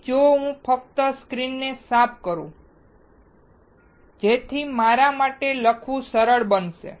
પછી જો હું ફક્ત સ્ક્રીન સાફ કરું જેથી મારા માટે લખવું સરળ બને